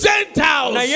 Gentiles